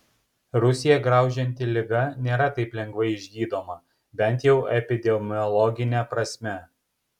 rusiją graužianti liga nėra taip lengvai išgydoma bent jau epidemiologine prasme